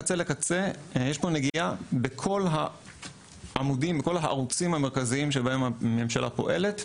מקצה לקצה יש פה נגיעה בכל הערוצים המרכזיים שבהם הממשלה פועלת.